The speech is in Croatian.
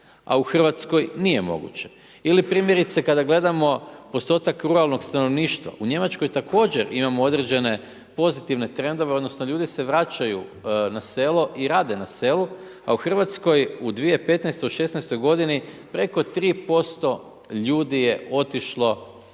a u Hrvatskoj nije moguće? Ili primjerice kada gledamo postotak ruralnog stanovništva, u Njemačkoj također imamo određene pozitivne trendove, odnosno ljudi se vraćaju na selo i rade na selu a u Hrvatskoj u 2015., 2016. godini preko 3% ljudi je otišlo